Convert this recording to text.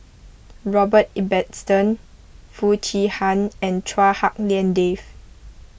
Robert Ibbetson Foo Chee Han and Chua Hak Lien Dave